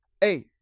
Hey